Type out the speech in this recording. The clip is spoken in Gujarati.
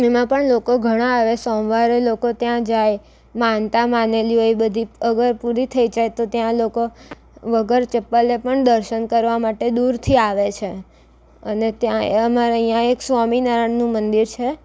એમાં પણ લોકો ઘણા આવે સોમવારે લોકો ત્યાં જાય માનતા માનેલી હોય એ બધી અગર પૂરી થઈ જાય તો ત્યાં લોકો વગર ચપ્પલે પણ દર્શન કરવા માટે દૂરથી આવે છે અને ત્યાંએ અમારા અહીંયાં એક સ્વામિનારાયણનું મંદિર છે